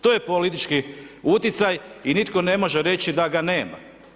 To je politički utjecaj i nitko ne može reći da ga nema.